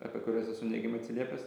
apie kuriuos esu neigiamai atsiliepęs